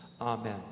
Amen